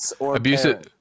abusive